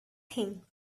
thing